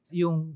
yung